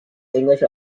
english